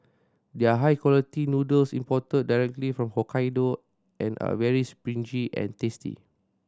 their high quality noodles imported directly from Hokkaido and are very springy and tasty